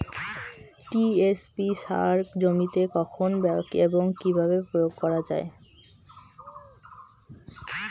TSP সার জমিতে কখন এবং কিভাবে প্রয়োগ করা য়ায়?